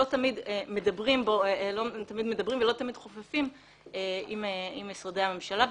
לא תמיד מדברים ולא תמיד חופפים עם משרדי הממשלה,